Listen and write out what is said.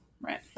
right